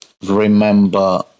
remember